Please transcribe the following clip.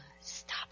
Stop